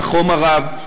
לחום הרב,